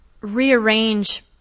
rearrange